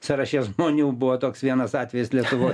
sąraše žmonių buvo toks vienas atvejis lietuvoj